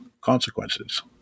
consequences